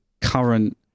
current